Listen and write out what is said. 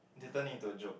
little need to a joke